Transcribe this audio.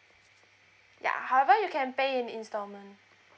ya however you can pay in installment